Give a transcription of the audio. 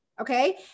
Okay